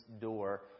door